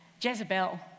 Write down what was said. Jezebel